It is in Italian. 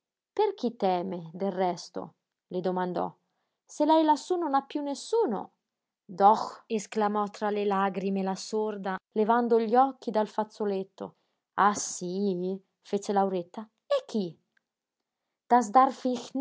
per chi teme del resto le domandò se lei lassú non ha piú nessuno doch esclamò tra le lagrime la sorda levando gli occhi dal fazzoletto ah sí fece lauretta e chi das